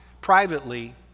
privately